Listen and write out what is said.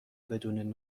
بدون